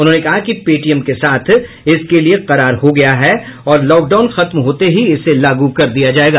उन्होंने कहा कि पेटीएम के साथ इसके लिये करार हो गया है और लॉकडाउन खत्म होते ही इसे लागू कर दिया जायेगा